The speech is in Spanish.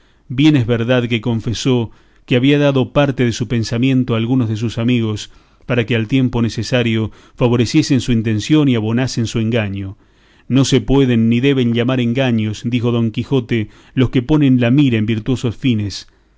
bien es verdad que confesó que había dado parte de su pensamiento a algunos de sus amigos para que al tiempo necesario favoreciesen su intención y abonasen su engaño no se pueden ni deben llamar engaños dijo don quijote los que ponen la mira en virtuosos fines